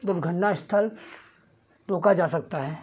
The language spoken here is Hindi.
दुर्घटना स्थल रोका जा सकता है